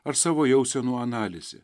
ar savo jausenų analizė